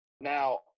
Now